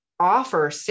offer